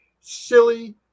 Silly